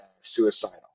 suicidal